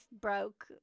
broke